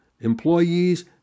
employees